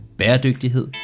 bæredygtighed